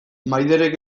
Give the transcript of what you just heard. maiderrek